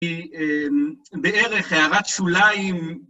כי בערך הערת שוליים,